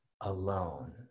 alone